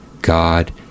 God